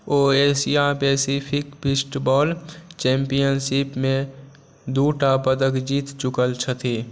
ओ Asia Pacific fistball चैम्पियनशिपमे दू टा पदक जीत चुकल छथि